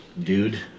dude